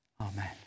Amen